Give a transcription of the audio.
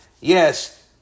Yes